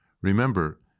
Remember